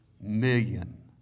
million